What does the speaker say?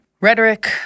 rhetoric